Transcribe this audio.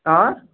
آ